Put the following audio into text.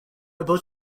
able